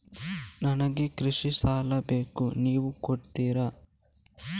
ನನಗೆ ಕೃಷಿ ಸಾಲ ಬೇಕು ನೀವು ಕೊಡ್ತೀರಾ?